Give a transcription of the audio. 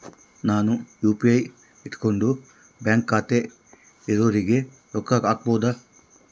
ನಾನು ಯು.ಪಿ.ಐ ಇಟ್ಕೊಂಡು ಬ್ಯಾಂಕ್ ಖಾತೆ ಇರೊರಿಗೆ ರೊಕ್ಕ ಹಾಕಬಹುದಾ?